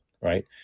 right